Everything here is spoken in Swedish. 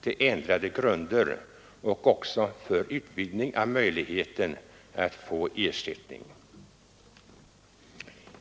till ändrade grunder för och utvidgning av möjligheten att få ersättning på grund av brottsskada.